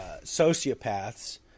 sociopaths